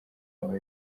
habaho